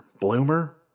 Bloomer